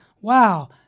wow